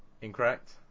Incorrect